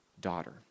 daughter